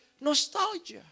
Nostalgia